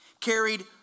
carried